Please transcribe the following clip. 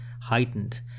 heightened